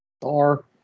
Star